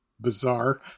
bizarre